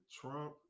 Trump